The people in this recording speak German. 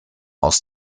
aus